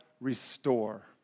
restore